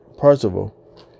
Percival